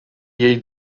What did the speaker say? jej